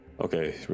Okay